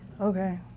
Okay